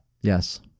yes